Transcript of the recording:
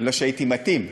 לא שהייתי מתאים,